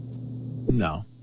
No